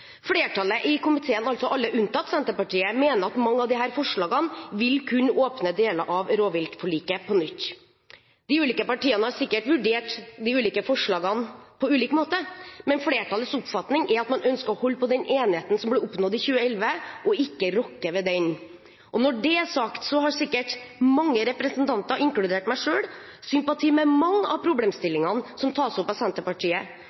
Flertallet i komiteen – alle unntatt Senterpartiet – mener at mange av disse forslagene vil kunne åpne deler av rovviltforliket på nytt. De ulike partiene har sikkert vurdert de ulike forslagene på ulik måte, men flertallets oppfatning er at man ønsker å holde på den enigheten som ble oppnådd i 2011, og ikke rokke ved den. Når det er sagt, vil jeg si at mange representanter, inkludert meg selv, sikkert har sympati for mange av problemstillingene som tas opp av Senterpartiet,